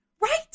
Right